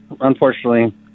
unfortunately